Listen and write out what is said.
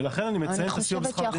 ולכן אני מציין את הסיוע בשכר דירה